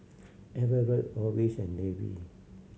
Everet Orvis and Levy